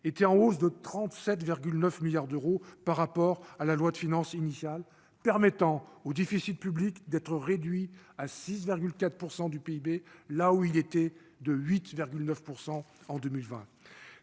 étaient en hausse de 37,9 milliards d'euros par rapport à la loi de finances initiale permettant au déficit public d'être réduit à 6 4 % du PIB, là où il était de 8,9 % en 2020,